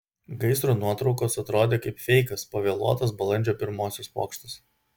gaisro nuotraukos atrodė kaip feikas pavėluotas balandžio pirmosios pokštas